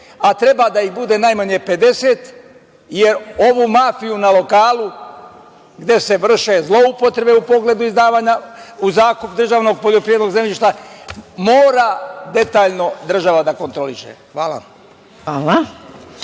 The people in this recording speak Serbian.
a treba da ih bude najmanje 50, je ovu mafiju na lokalu, gde se vrše zloupotrebe u pogledu izdavanja u zakup državnog poljoprivrednog zemljišta, mora detaljno država da kontroliše. Hvala.